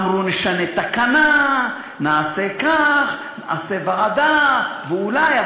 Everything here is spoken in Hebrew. אמרו: נשנה תקנה, נעשה כך, נעשה ועדה, ואולי.